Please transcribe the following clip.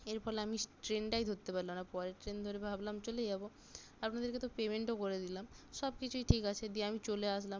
এর ফলে আমি ট্রেনটাই ধরতে পারলাম না পরের ট্রেন ধরে ভাবলাম চলে যাবো আপনাদেরকে তো পেমেন্টও করে দিলাম সব কিছুই ঠিক আছে দিয়ে আমি চলে আসলাম